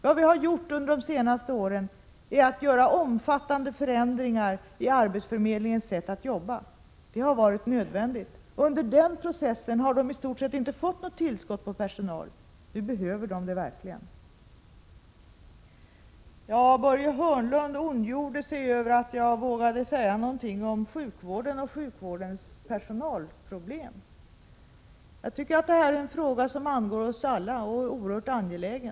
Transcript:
Vad vi har gjort under de senaste åren är att omfattande förändra arbetsförmedlingarnas sätt att jobba. Det har varit nödvändigt. Under den processen har de i stort sett inte fått något tillskott på personal. Nu behöver de det verkligen. Börje Hörnlund ondgjorde sig över att jag vågade säga något om sjukvården och sjukvårdens personalproblem. Jag tycker att det är en fråga som angår oss alla och som är oerhört angelägen.